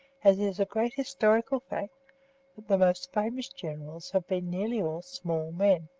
as it is a great historical fact that the most famous generals have been nearly all small men.